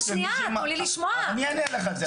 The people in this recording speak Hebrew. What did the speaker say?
אני אענה לך על זה.